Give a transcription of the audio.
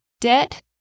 debt